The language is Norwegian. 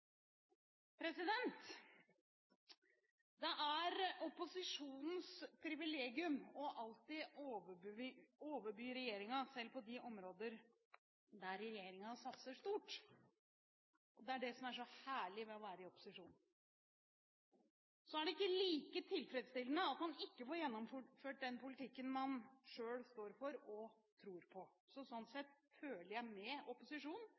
Det er opposisjonens privilegium alltid å overby regjeringen, selv på de områder der regjeringen satser stort. Det er det som er så herlig med å være i opposisjon. Så er det ikke like tilfredsstillende at en ikke får gjennomført den politikken en selv står for og tror på. Så sånn sett føler jeg med opposisjonen